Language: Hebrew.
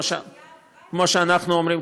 כמו שאנחנו אומרים,